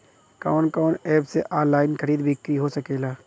कवन कवन एप से ऑनलाइन खरीद बिक्री हो सकेला?